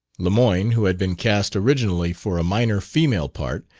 lemoyne, who had been cast originally for a minor female part,